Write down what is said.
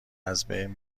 ازبین